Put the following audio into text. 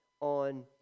on